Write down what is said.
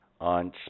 on